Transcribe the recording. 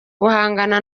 guhangana